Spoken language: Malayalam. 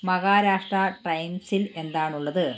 മഹാരാഷ്ട്ര ടൈംസിൽ എന്താണുള്ളത്